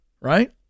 right